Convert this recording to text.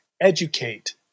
educate